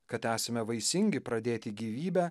kad esame vaisingi pradėti gyvybę